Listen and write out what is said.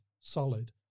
solid